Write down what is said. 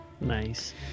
Nice